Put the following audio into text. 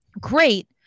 great